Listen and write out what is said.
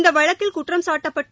இந்த வழக்கில் குற்றம் சாட்டப்பட்டு